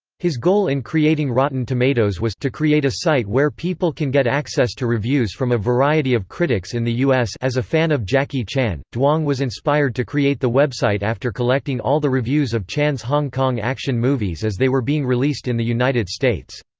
his goal in creating rotten tomatoes was to create a site where people can get access to reviews from a variety of critics in the u s. as a fan of jackie chan, duong was inspired to create the website after collecting all the reviews of chan's hong kong action movies as they were being released in the united states.